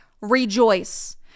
Rejoice